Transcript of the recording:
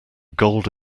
gold